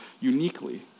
uniquely